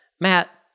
Matt